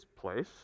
place